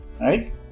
right